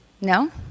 No